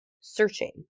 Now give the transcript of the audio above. searching